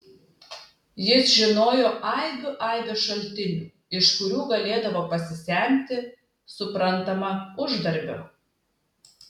jis žinojo aibių aibes šaltinių iš kurių galėdavo pasisemti suprantama uždarbio